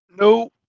no